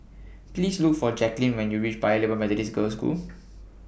Please Look For Jaclyn when YOU REACH Paya Lebar Methodist Girls' School